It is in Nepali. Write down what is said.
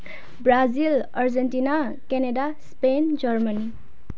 Brazil Argentina Canada Spain Germany